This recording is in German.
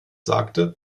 sagte